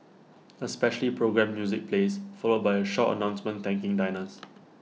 A specially programmed music plays followed by A short announcement thanking diners